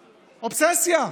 אובססיה.